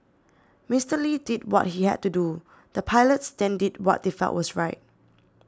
Mister Lee did what he had to do the pilots then did what they felt was right